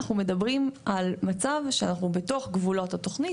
אנחנו מדברים על מצב שאנחנו בתוך גבולות התוכנית,